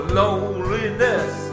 loneliness